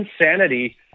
Insanity